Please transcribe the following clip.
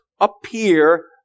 appear